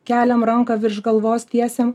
keliam ranką virš galvos tiesiam